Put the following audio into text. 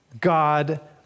God